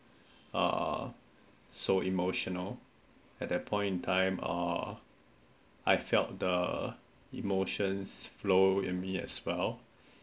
uh so emotional at that point in time uh I felt the emotions flow in me as well